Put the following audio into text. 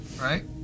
Right